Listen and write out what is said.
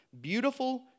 beautiful